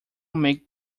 make